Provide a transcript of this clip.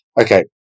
Okay